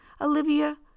Olivia